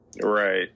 right